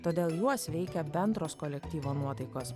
todėl juos veikia bendros kolektyvo nuotaikos